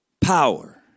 Power